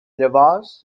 llavors